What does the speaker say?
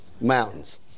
Mountains